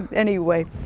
anyway,